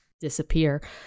disappear